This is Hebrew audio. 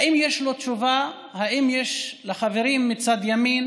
האם יש לו תשובה, האם יש לחברים מצד ימין